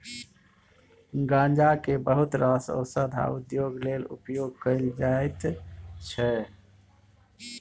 गांजा केँ बहुत रास ओषध आ उद्योग लेल उपयोग कएल जाइत छै